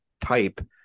type